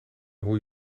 hoe